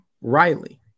Riley